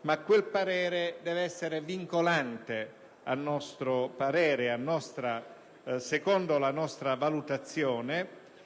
ma quel parere, secondo la nostra valutazione,